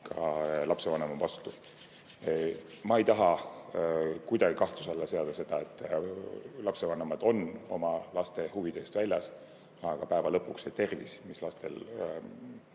kui lapsevanem on vastu. Ma ei taha kuidagi kahtluse alla seada seda, et lapsevanemad on oma laste huvide eest väljas. Aga lõpuks see tervis, mis lastel